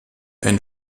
ein